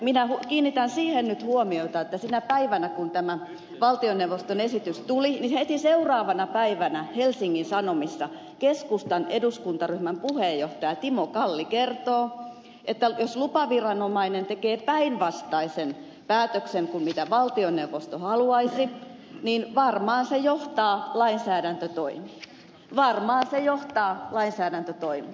minä kiinnitän siihen nyt huomiota että siitä päivästä kun tämä valtioneuvoston esitys tuli heti seuraavana päivänä helsingin sanomissa keskustan eduskuntaryhmän puheenjohtaja timo kalli kertoi että jos lupaviranomainen tekee päinvastaisen päätöksen kuin mitä valtioneuvosto haluaisi niin varmaan se johtaa lainsäädäntötoimiin varmaan se johtaa lainsäädäntötoimiin